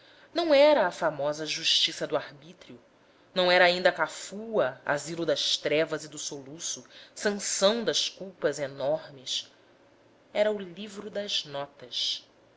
não era a famosa justiça do arbítrio não era ainda a cafua asilo das trevas e do soluço sanção das culpas enormes era o livro das notas